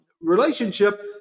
relationship